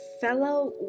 fellow